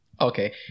Okay